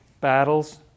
battles